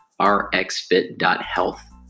rxfit.health